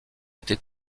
été